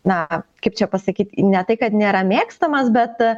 na kaip čia pasakyt ne tai kad nėra mėgstamas bet